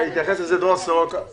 דרור סורוקה התייחס לזה.